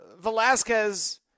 Velasquez